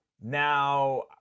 now